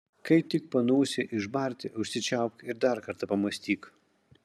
kai tik panūsi išbarti užsičiaupk ir dar kartą pamąstyk